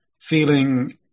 feeling